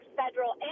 federal